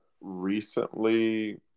recently